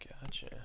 Gotcha